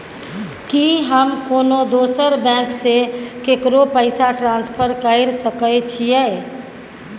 की हम कोनो दोसर बैंक से केकरो पैसा ट्रांसफर कैर सकय छियै?